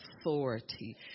authority